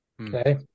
Okay